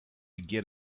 get